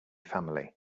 family